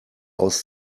aus